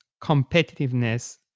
competitiveness